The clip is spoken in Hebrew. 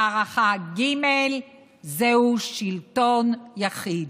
מערכה ג' זהו שלטון יחיד.